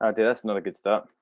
and that's not a good stuff